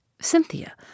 Cynthia